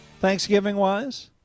Thanksgiving-wise